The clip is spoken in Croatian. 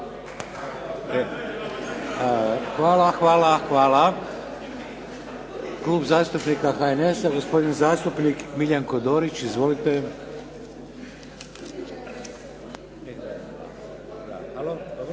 (HDZ)** Hvala. Klub zastupnika HNS-a, gospodin zastupnik Miljenko Dorić. Izvolite.